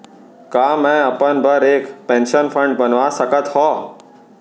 का मैं अपन बर एक पेंशन फण्ड बनवा सकत हो?